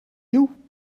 you